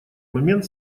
момент